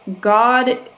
God